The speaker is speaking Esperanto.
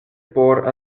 por